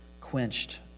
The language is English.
quenched